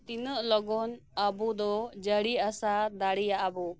ᱛᱤᱱᱟᱹᱜ ᱞᱚᱜᱚᱱ ᱟᱵᱚ ᱫᱚ ᱡᱟᱹᱲᱤ ᱟᱥᱟ ᱫᱟᱲᱮᱭᱟᱜᱼᱟᱵᱚ